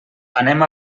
anem